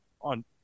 on